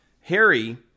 Harry